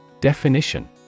Definition